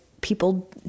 people